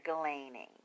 gleaning